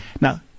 Now